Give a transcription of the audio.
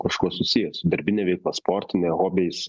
kažkuo susiję su darbine veikla sportine hobiais